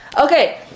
Okay